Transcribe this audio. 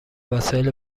وسایل